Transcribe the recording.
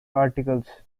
articles